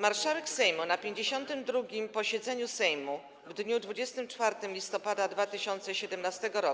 Marszałek Sejmu na 52. posiedzeniu Sejmu w dniu 24 listopada 2017 r.